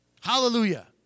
Hallelujah